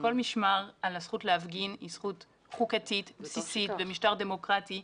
מכל משמר על הזכות להפגין כזכות חוקתית בסיסית במשטר דמוקרטי.